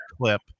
clip